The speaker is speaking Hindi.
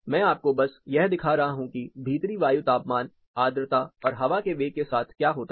मैं आपको बस यह है दिखा रहा हूं कि भीतरी वायु तापमान आद्रता और हवा के वेग के साथ क्या होता है